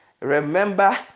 remember